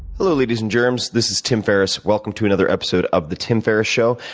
hello, ladies and germs. this is tim ferriss. welcome to another episode of the tim ferriss show,